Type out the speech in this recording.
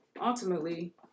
ultimately